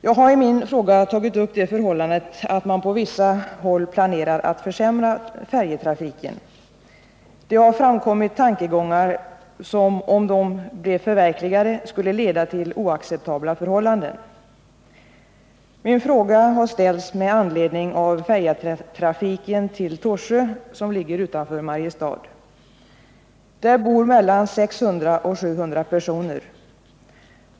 Jag har i min fråga tagit upp det förhållandet att man på vissa håll planerar att försämra färjetrafiken. Det har framkommit tankegångar som, om de blev förverkligade, skulle leda till oacceptabla förhållanden. Min fråga har ställts med anledning av färjetrafiken till Torsö, som ligger utanför Mariestad. Där bor mellan 600 och 700 personer.